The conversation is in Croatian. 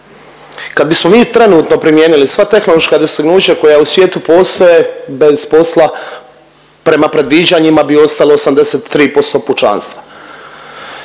kad bismo mi trenutno primijenili sva tehnološka dostignuća koja u svijetu postoje, bez posla prema predviđanjima bi ostalo 83% pučanstva